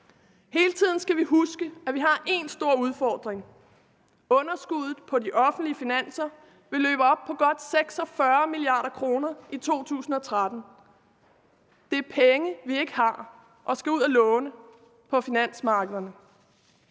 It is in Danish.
hele tiden huske, at vi har én stor udfordring: Underskuddet på de offentlige finanser vil løbe op i godt 46 mia. kr. i 2013. Det er penge, som vi ikke har og skal ud at låne på finansmarkederne.